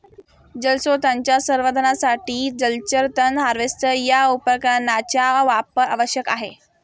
जलस्रोतांच्या संवर्धनासाठी जलचर तण हार्वेस्टर या उपकरणाचा वापर आवश्यक आहे